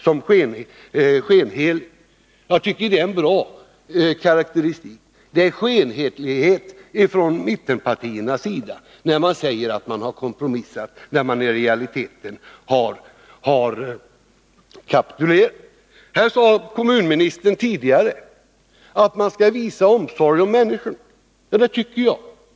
Jag tycker att det är en bra karakteristik. Det är skenhelighet från mittenpartiernas sida, när de säger att de har kompromissat, då de i realiteten har kapitulerat. Kommunministern sade här tidigare i dag att vi skall visa omsorg om människor. Ja, det tycker jag också att vi skall göra.